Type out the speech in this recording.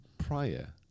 prior